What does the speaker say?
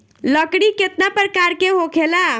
लकड़ी केतना परकार के होखेला